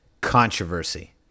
controversy